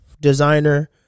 designer